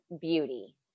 beauty